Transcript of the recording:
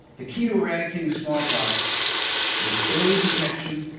the key to eradicating smallpox was early detection,